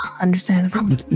Understandable